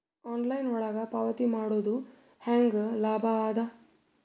Online ಒಳಗ ಪಾವತಿ ಮಾಡುದು ಹ್ಯಾಂಗ ಲಾಭ ಆದ?